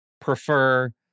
prefer